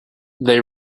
they